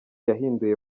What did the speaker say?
yahinduye